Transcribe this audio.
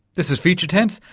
this is future tense,